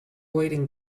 waiting